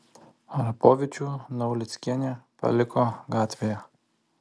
arapovičių naulickienė paliko gatvėje